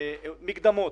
מקדמות,